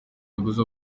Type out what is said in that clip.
yaguze